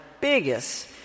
biggest